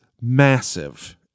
massive